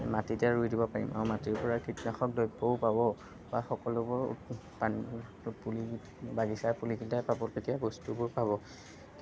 মাটিতে ৰুই দিব পাৰিম আৰু মাটিৰ পৰা কীটনাশক দ্ৰব্যও পাব বা সকলোবোৰ পানী পুলি বাগিচাৰ পুলি কেইটাই পাবলগীয়া বস্তুবোৰ পাব